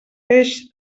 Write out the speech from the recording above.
peix